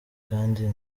kandi